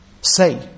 Say